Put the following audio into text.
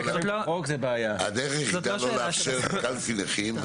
הדרך היחידה לא לאפשר קלפי נכים,